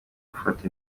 gufata